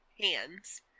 hands